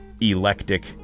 electric